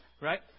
right